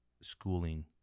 schooling